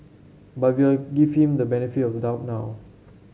but we'll give him the benefit of the doubt now